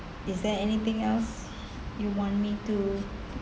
is there anything else you want me to